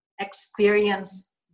experience